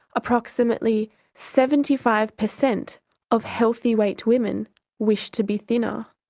approximately seventy five percent of healthy weight women wish to be thinner,